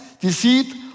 deceit